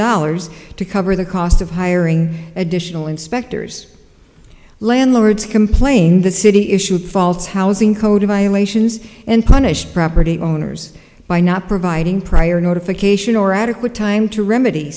dollars to cover the cost of hiring additional inspectors landlords complained the city issued false housing code violations and punished property owners by not providing prior notification or adequate time to remedy